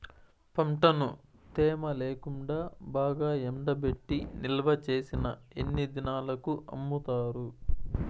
పంటను తేమ లేకుండా బాగా ఎండబెట్టి నిల్వచేసిన ఎన్ని దినాలకు అమ్ముతారు?